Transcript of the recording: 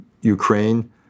Ukraine